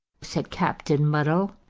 said captain muddell.